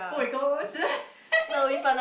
oh my gosh